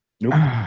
Nope